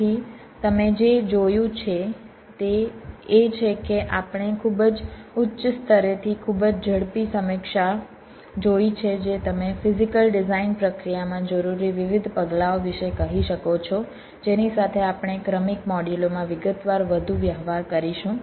તેથી તમે જે જોયું છે તે એ છે કે આપણે ખૂબ જ ઉચ્ચ સ્તરેથી ખૂબ જ ઝડપી સમીક્ષા જોઈ છે જે તમે ફિઝીકલ ડિઝાઇન પ્રક્રિયામાં જરૂરી વિવિધ પગલાંઓ વિશે કહી શકો છો જેની સાથે આપણે ક્રમિક મોડ્યુલોમાં વિગતવાર વધુ વ્યવહાર કરીશું